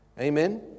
Amen